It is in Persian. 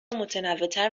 متنوعتر